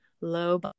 low